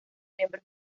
miembros